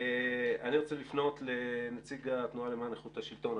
אני רוצה לפנות לנציג התנועה למען איכות השלטון,